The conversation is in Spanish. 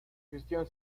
gestión